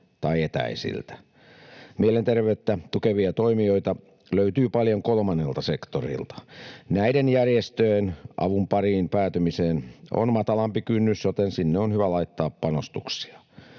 tai etäisiltä. Mielenterveyttä tukevia toimijoita löytyy paljon kolmannelta sektorilta. Näiden järjestöjen avun pariin päätymiseen on matalampi kynnys, joten sinne on hyvä laittaa panostuksia.